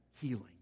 healing